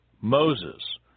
Moses